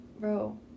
bro